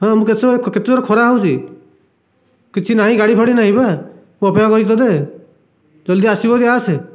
ହଁ ମୁଁ କେତେ ସମୟ କେତେ ଜୋରେ ଖରା ହେଉଛି କିଛି ନାଇଁ ଗାଡ଼ି ଫାଡ଼ି ନାଇଁ ବା ମୁଁ ଅପେକ୍ଷା କରିଛି ତୋତେ ଜଲ୍ଦି ଆସିବୁ ଯଦି ଆସେ